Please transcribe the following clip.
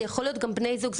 זה יכול להיות גם בני זוג,